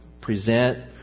present